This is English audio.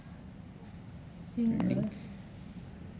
single